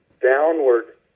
downward